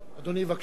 אדוני, בבקשה.